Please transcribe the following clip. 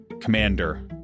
commander